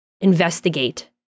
investigate